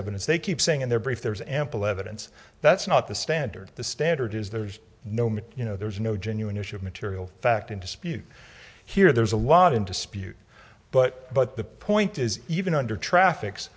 evidence they keep saying in their brief there's ample evidence that's not the standard the standard is there's no me you know there's no genuine issue of material fact in dispute here there's a lot in to spew but but the point is even under traffic